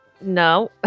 No